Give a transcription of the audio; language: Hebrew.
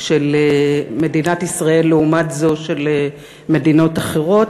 של מדינת ישראל לעומת זו של מדינות אחרות,